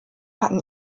hatten